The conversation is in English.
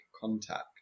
contact